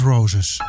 Roses